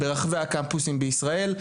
ברחבי הקמפוסים בישראל.